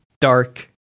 dark